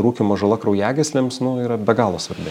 rūkymo žala kraujagyslėms nu yra be galo svarbi